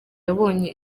yabonye